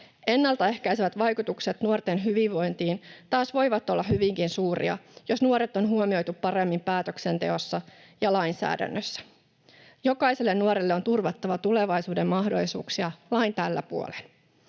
Ennalta ehkäisevät vaikutukset nuorten hyvinvointiin taas voivat olla hyvinkin suuria, jos nuoret on huomioitu paremmin päätöksenteossa ja lainsäädännössä. Jokaiselle nuorelle on turvattava tulevaisuuden mahdollisuuksia lain tällä puolen.